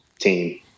team